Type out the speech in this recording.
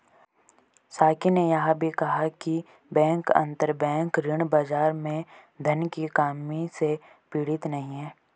साकी ने यह भी कहा कि बैंक अंतरबैंक ऋण बाजार में धन की कमी से पीड़ित नहीं हैं